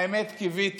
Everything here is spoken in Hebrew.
האמת, קיוויתי